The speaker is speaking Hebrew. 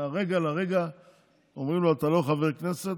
מהרגע להרגע אומרים לו: אתה לא חבר כנסת